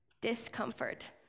Discomfort